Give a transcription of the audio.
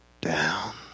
down